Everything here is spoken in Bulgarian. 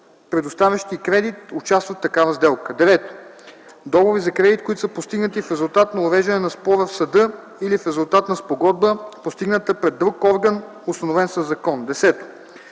предоставящи кредит, участват в такава сделкa; 9. договори за кредит, които са постигнати в резултат на уреждане на спора в съда или в резултат на спогодба, постигната пред друг орган, установен със закон; 10.